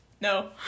No